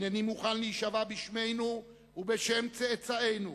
הנני מוכן להישבע בשמנו ובשם צאצאינו,